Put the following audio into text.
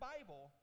Bible